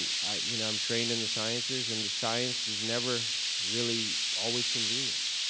you know i'm trained in the sciences and the science is never really always convenient.